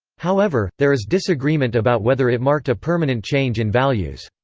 however, there is disagreement about whether it marked a permanent change in values.